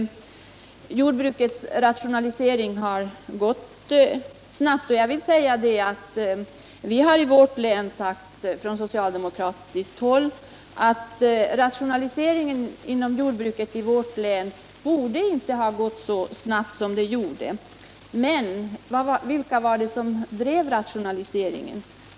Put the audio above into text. Jordbrukets rationalisering har gått snabbt. Jag vill säga att vi i vårt län från socialdemokratiskt håll har ansett att rationaliseringen inom jordbruket inte borde ha gått så snabbt som den gjorde. Men vilka var det som drev på rationaliseringen?